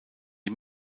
die